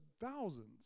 thousands